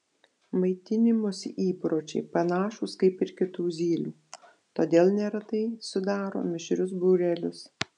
maitinimosi įpročiai panašūs kaip ir kitų zylių todėl neretai sudaro mišrius būrelius